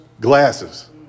glasses